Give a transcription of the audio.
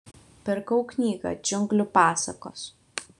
pirkau knygą džiunglių pasakos